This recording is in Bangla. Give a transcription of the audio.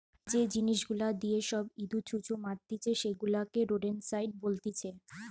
যে জিনিস গুলা দিয়ে সব ইঁদুর, ছুঁচো মারতিছে সেগুলাকে রোডেন্টসাইড বলতিছে